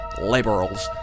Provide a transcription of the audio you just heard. liberals